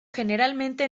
generalmente